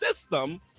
system